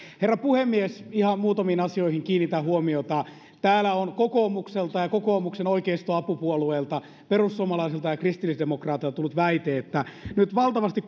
herra puhemies ihan muutamiin asioihin kiinnitän huomiota täällä on kokoomukselta ja kokoomuksen oikeistoapupuolueilta perussuomalaisilta ja kristillisdemokraateilta tullut väite että kuntaverotus kiristyy nyt valtavasti